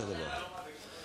(תיקון מס' 2),